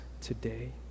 today